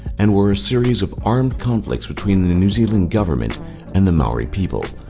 and were a series of armed conflicts between the new zealand government and the maori people.